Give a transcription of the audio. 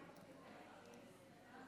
לפי הספירה,